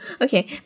Okay